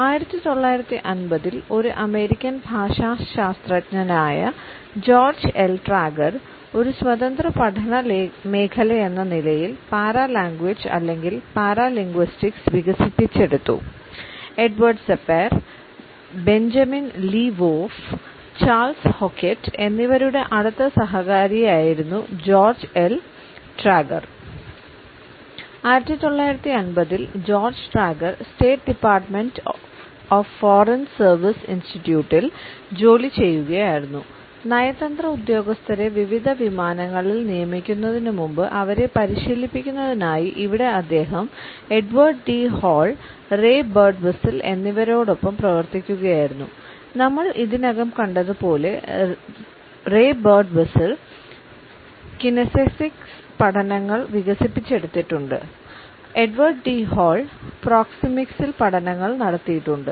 1950 ൽ ഒരു അമേരിക്കൻ ഭാഷാശാസ്ത്രജ്ഞനായ ജോർജ്ജ് എൽ ട്രാഗർ പഠനങ്ങൾ നടത്തിയിട്ടുണ്ട്